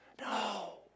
No